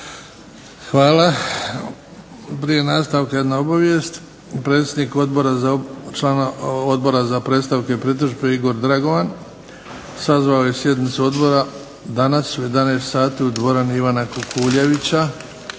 Hvala. Prije nastavaka jedna obavijest. Predsjednik Odbora za predstavke i pritužbe Igor Dragovan sazvao je sjednicu odbora dana u 11,00 sati u dvorani Ivana Kukuljevića.